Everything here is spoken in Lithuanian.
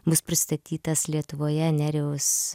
bus pristatytas lietuvoje nerijaus